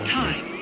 time